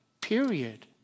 period